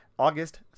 August